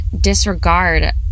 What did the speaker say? disregard